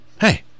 hey